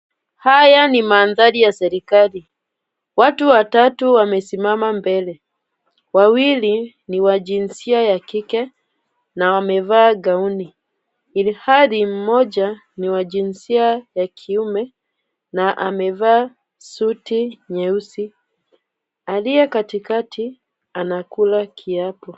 Haya ni mandhari ya serikali, watu watatu wamesimama mbele, wawili ni wa jinsia ya kike, na wamevaa gauni ilhali mmoja ni wa jinsia ya kiume, na amevaa suti nyeusi. Aliye katikati anakula kiapo.